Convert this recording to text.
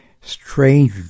Strange